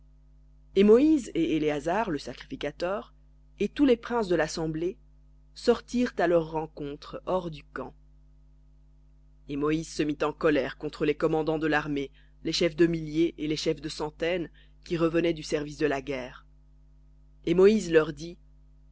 et moïse et éléazar le sacrificateur et tous les princes de l'assemblée sortirent à leur rencontre hors du camp et moïse se mit en colère contre les commandants de l'armée les chefs de milliers et les chefs de centaines qui revenaient du service de la guerre et moïse leur dit